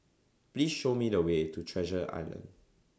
Please Show Me The Way to Treasure Island